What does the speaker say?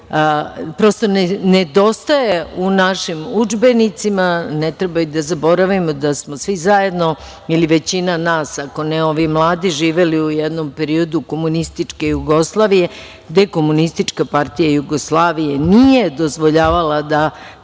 koji nedostaje u našim udžbenicima, ne treba da zaboravimo da smo svi zajedno ili većina nas, ako ne ovi mladi živeli u jednom periodu komunističke Jugoslavije, gde Komunistička partija Jugoslavije nije dozvoljavala da